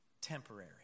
temporary